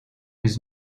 his